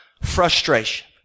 frustration